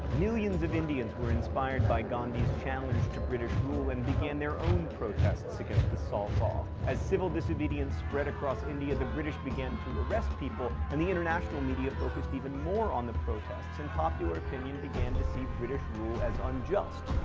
millions of indians were inspired by gandhi's challenge to british rule and began their own protests against the salt. um as civil disobedience spread across india, the british began to arrest people and the international media focused even more on the protests and popular opinion began to see british rule as unjust.